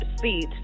seat